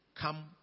Come